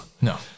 No